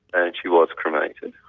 and she was cremated.